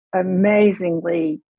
amazingly